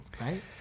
right